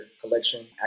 collection